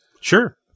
Sure